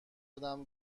زدم